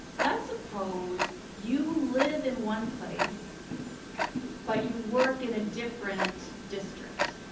let's suppose you live in one place but you work in a different district,